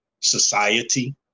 society